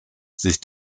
sich